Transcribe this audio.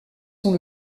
sont